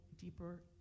deeper